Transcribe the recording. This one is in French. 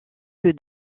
que